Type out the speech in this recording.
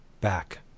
back